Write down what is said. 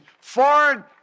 foreign